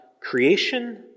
creation